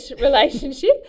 relationship